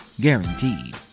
Guaranteed